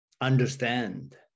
understand